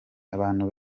abantu